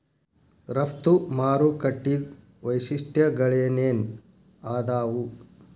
ರಫ್ತು ಮಾರುಕಟ್ಟಿದ್ ವೈಶಿಷ್ಟ್ಯಗಳೇನೇನ್ ಆದಾವು?